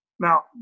Now